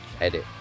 Edit